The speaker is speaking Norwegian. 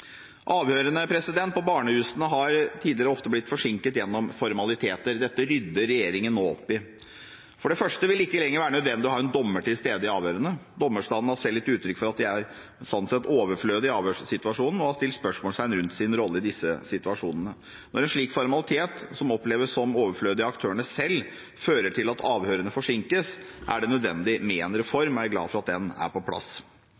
Avhørene på barnehusene har tidligere ofte blitt forsinket gjennom formaliteter. Dette rydder regjeringen nå opp i. For det første vil det ikke lenger være nødvendig å ha en dommer til stede i avhørene. Dommerstanden har selv gitt uttrykk for at de er overflødige i avhørssituasjonen, og har stilt spørsmål ved sin rolle i disse situasjonene. Når en slik formalitet, som oppleves som overflødig av aktørene selv, fører til at avhørene forsinkes, er det nødvendig med en reform, og jeg er glad for at den er på plass.